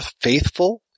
faithful